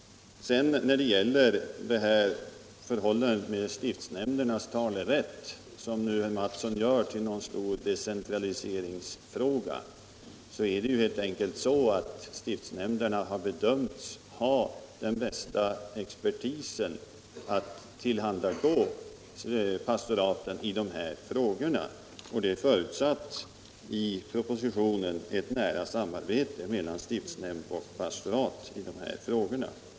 När det gäller stiftsnämndernas talerätt, som herr Mattsson gör till en stor decentraliseringsfråga, är det ju helt enkelt så att stiftsnämnderna har bedömts förfoga över den bästa expertisen att tillhandagå pastoraten i dessa angelägenheter. I propositionen har förutsatts ett nära samarbete mellan stiftsnämnd och pastorat i de här frågorna.